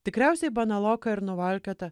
tikriausiai banaloka ir nuvalkiota